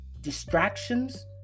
distractions